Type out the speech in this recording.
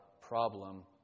problem